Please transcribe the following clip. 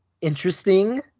interesting